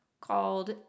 called